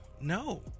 no